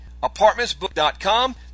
apartmentsbook.com